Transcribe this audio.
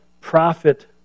profit